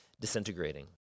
disintegrating